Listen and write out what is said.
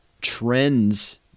trends